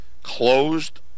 closed